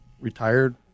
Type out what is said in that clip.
retired